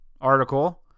article